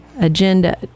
agenda